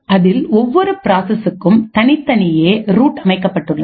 அதில் ஒவ்வொரு பிராசஸ்க்கும் தனித்தனியேரூட் அமைக்கப்பட்டுள்ளது